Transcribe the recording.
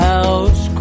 House